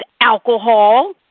alcohol